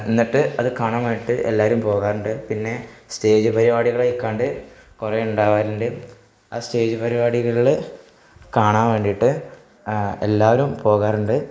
എന്നിട്ട് അത് കാണാനായിട്ട് എല്ലാവരും പോകാറുണ്ട് പിന്നെ സ്റ്റേജ് പരിപാടികളെക്കാണ്ട് കുറെയുണ്ടാവാറുണ്ട് ആ സ്റ്റേജ് പരിപാടികളില് കാണാൻ വേണ്ടിയിട്ട് എല്ലാവരും പോകാറുണ്ട്